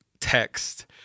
text